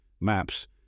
maps